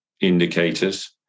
indicators